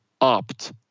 opt